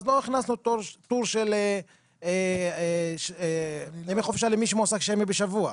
אז לא הכנסנו טור של ימי חופשה למי שמועסק שישה ימים בשבוע.